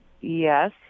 yes